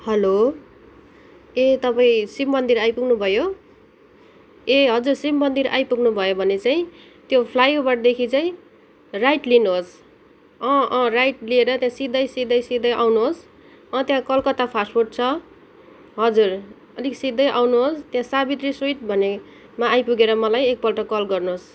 hello ए तपाईँ शिवमन्दिर आइपुग्नु भयो ए हजुर शिवमन्दिर आइपुग्नु भयो भने चाहिँ त्यो फ्लाइओभरदेखि चाहिँ राइट लिनुहोस् अँ अँ राइट लिएर त्यहाँ सिधै सिधै सिधै आउनुहोस् अँ त्यहाँ कलकत्ता फास्टफुड छ हजुर अलिक सिधै आउनुहोस् त्यो सावित्री स्विइट भन्नेमा आइपुगेर मलाई एकपल्ट कल गर्नुहोस्